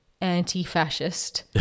anti-fascist